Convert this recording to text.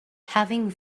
having